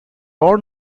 own